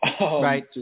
Right